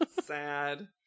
Sad